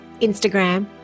Instagram